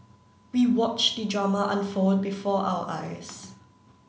we watched the drama unfold before our eyes